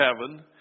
heaven